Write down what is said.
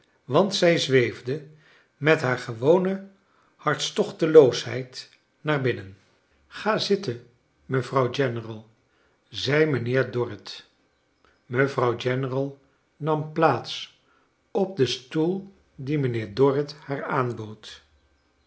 want zij zweefde met haar gewone hartstochteloosheid naar binnen ga zitten mevrouw general zei mijnheer dorrit mevrouw general nam plaats op den stoel dien mijnheer dorrit haar aanbood